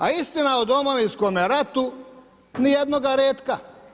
A istina o Domovinskome ratu, nijednoga retka.